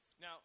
Now